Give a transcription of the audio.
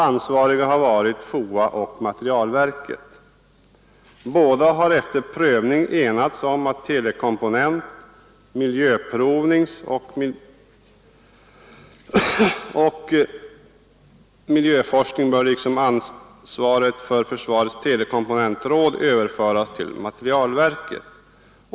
Ansvariga har varit FOA och försvarets materielverk. De har efter prövning stannat för att enheterna för telekomponenter, miljöprovning och miljöforskning liksom ansvaret för försvarets telekomponentråd bör överföras till materielverket.